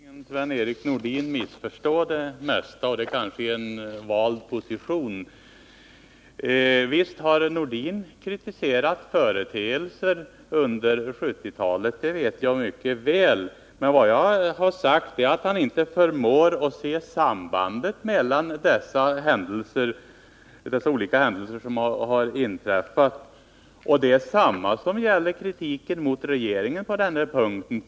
Herr talman! I dag vill tydligen Sven-Erik Nordin missförstå det mesta, men det kanske är en vald position. Visst har Sven-Erik Nordin kritiserat företeelser under 1970-talet, det vet jag mycket väl. Vad jag sagt är att han inte förmår att se sambandet mellan de olika händelser som har inträffat. Detsamma gäller för kritiken mot regeringen på den här punkten.